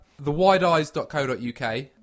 TheWideEyes.co.uk